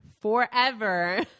forever